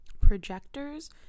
Projectors